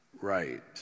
right